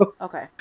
Okay